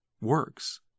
works